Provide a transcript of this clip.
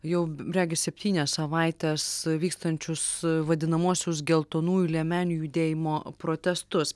jau b regis septynias savaites vykstančius vadinamuosius geltonųjų liemenių judėjimo protestus